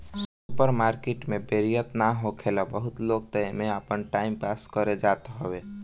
super market में बोरियत ना होखेला बहुते लोग तअ एमे आपन टाइम पास करे जात हवे